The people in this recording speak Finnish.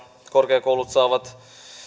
korkeakoulut saavat